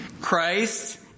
Christ